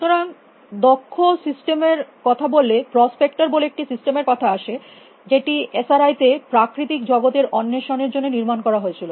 সুতরাং দক্ষ সিস্টেমের কথা বললে প্রসপেকটার বলে একটি সিস্টেমের কথা আসে যেটি এসআরআই তে প্রাকৃতিক জগতের অন্বেষণ এর জন্য নির্মাণ করা হয়েছিল